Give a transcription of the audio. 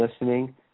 listening